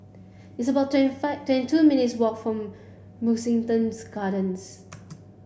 it's about twenty five twenty two minutes' walk from Mugliston'S Gardens